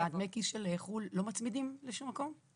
את דמי הכיס של חו"ל לא מצמידים לשום מקום?